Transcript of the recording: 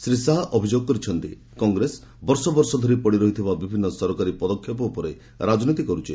ଶ୍ରୀ ଶାହା ଅଭିଯୋଗ କରିଛନ୍ତି କଂଗ୍ରେସ ବର୍ଷ ବର୍ଷ ଧରି ପଡ଼ିରହିଥିବା ବିଭିନ୍ନ ସରକାରୀ ପଦକ୍ଷେପ ଉପରେ ରାଜନୀତି କରୁଛି